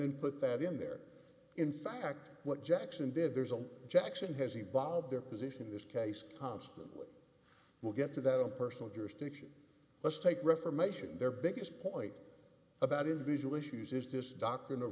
then put that in there in fact what jackson did there's a jackson has evolved their position in this case constantly we'll get to that impersonal jurisdiction let's take reformation their biggest point about individual issues is this d